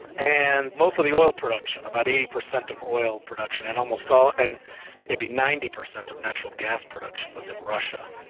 and most of the oil production, about eighty percent of oil production and almost all, and maybe ninety percent of natural gas production was in russia.